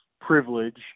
privilege